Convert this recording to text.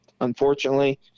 unfortunately –